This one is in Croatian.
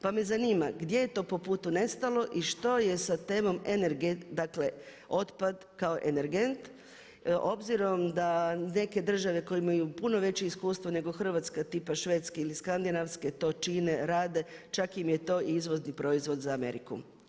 Pa me zanima gdje je to po putu nestalo i što je sa temom dakle otpad kao energent obzirom da neke države koje imaju puno veće iskustvo nego Hrvatska tipa Švedske ili skandinavske to čine, rade, čak im je to i izvozni proizvod za Ameriku.